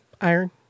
Iron